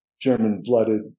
German-blooded